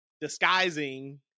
disguising